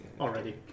already